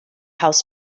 house